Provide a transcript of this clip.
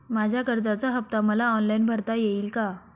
माझ्या कर्जाचा हफ्ता मला ऑनलाईन भरता येईल का?